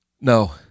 No